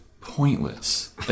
pointless